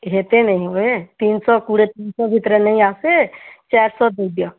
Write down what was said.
ଏ ହେତେ ନେହିଁ ହୁଏ ତିନଶହ କୁଡ଼ିଏ ତିନଶହ ଭିତରେ ନେହିଁ ଆସେ ଚାରଶହ ଦେଇ ଦିଅ